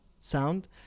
sound